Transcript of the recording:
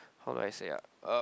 how do I say ah uh